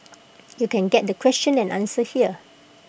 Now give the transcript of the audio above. you can get the question and answer here